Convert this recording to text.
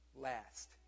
last